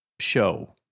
show